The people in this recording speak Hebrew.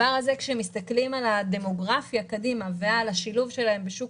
כשמסתכלים על הדמוגרפיה קדימה ועל השילוב שלהם בשוק